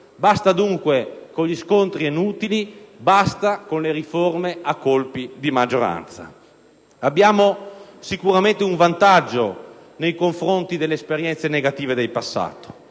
Basta dunque con gli scontri inutili; basta con le riforme a colpi di maggioranza. Abbiamo sicuramente un vantaggio nei confronti delle esperienze negative del passato: